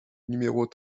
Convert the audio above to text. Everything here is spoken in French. numéros